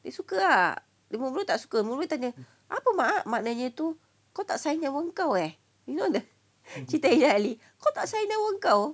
dia suka ah mula-mula tak suka mula-mula tanya apa mak maknya tu kau tak sayang nyawa kau eh you know the cerita ejen ali kau tak sayang nyawa kau